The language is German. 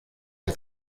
der